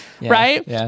Right